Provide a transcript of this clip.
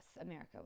america